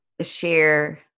share